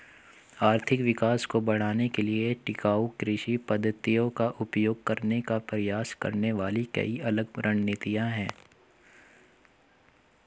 आर्थिक विकास को बढ़ाने के लिए टिकाऊ कृषि पद्धतियों का उपयोग करने का प्रयास करने वाली कई अलग रणनीतियां हैं